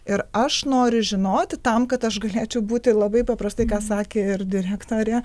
ir aš noriu žinoti tam kad aš galėčiau būti labai paprastai ką sakė ir direktorė